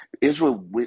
Israel